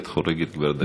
את חורגת כבר דקה.